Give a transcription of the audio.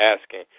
asking